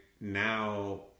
now